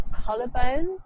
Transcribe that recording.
collarbone